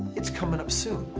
it's coming up soon.